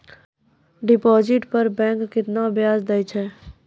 Deposit पर bank केतना ब्याज दै छै?